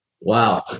Wow